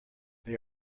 they